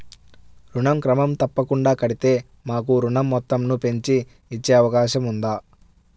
ఋణం క్రమం తప్పకుండా కడితే మాకు ఋణం మొత్తంను పెంచి ఇచ్చే అవకాశం ఉందా?